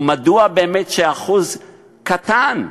ומדוע באמת שאחוז קטן,